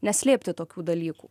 neslėpti tokių dalykų